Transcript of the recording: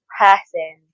person